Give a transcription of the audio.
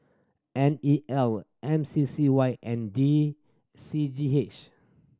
N E L M C C Y and D C G H